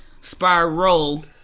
Spiral